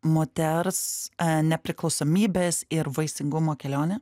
moters nepriklausomybės ir vaisingumo kelionę